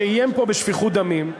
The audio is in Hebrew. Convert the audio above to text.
שאיים פה בשפיכות דמים,